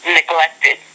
neglected